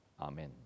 Amen